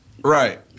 Right